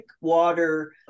water